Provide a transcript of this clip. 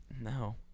No